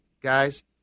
guys